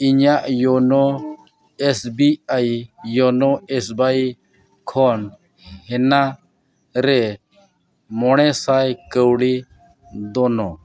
ᱤᱧᱟᱹᱜ ᱤᱭᱳᱱᱳ S B I ᱤᱭᱳᱱᱳ ᱮᱥ ᱵᱤ ᱟᱭ ᱠᱷᱚᱱ ᱦᱮᱱᱟ ᱨᱮ ᱢᱚᱬᱮ ᱥᱟᱭ ᱠᱟᱹᱣᱰᱤ ᱫᱚᱱᱚ